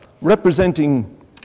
representing